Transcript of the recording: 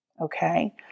Okay